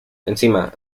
encima